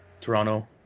Toronto